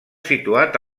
situat